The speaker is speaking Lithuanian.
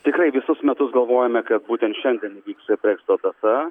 tikrai visus metus galvojome kad būtent šiandien įvyks breksito data